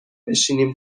بشنیم